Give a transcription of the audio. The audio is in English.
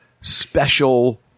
special